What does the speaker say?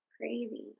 Crazy